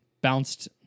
bounced